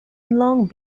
long